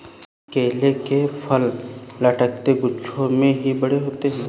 केले के फल लटकते गुच्छों में ही बड़े होते है